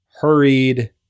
Hurried